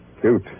Cute